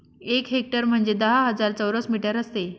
एक हेक्टर म्हणजे दहा हजार चौरस मीटर असते